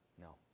no